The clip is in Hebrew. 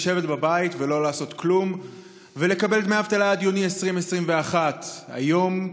לשבת בבית ולא לעשות כלום ולקבל דמי אבטלה עד יוני 2021. היום,